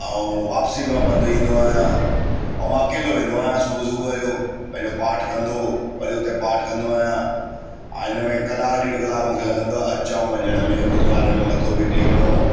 ऐं वापसी में मां पंधि ईंदो आहियां ऐं मां अकेलो वेंदो हा सुबुह सुबुह जो पंहिंजो पाठ कंदो वरी उते पाठ कंदो आहियां ऐं इनमें कलाक ॾेढ कलाक मूंखे लॻंदो आहे अचनि वञण में गुरुद्वारे में मथो बि टेकिणो